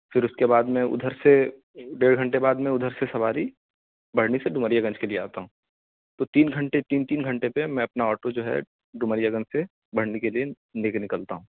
پھر اس کے بعد میں ادھر سے ڈیڑھ گھنٹے بعد میں ادھر سے سواری بڑھنی سے ڈومریا گنج کے لیے آتا ہوں تو تین گھنٹے تین تین گھنٹے پہ میں اپنا آٹو جو ہے ڈومریا گنج سے بڑھنی کے لیے لے کے نکلتا ہوں